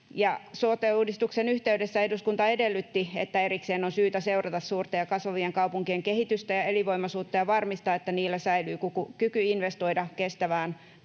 sote-uudistuksen yhteydessä eduskunta edellytti, että erikseen on syytä seurata suurten ja kasvavien kaupunkien kehitystä ja elinvoimaisuutta ja varmistaa, että niillä säilyy kyky investoida kestävään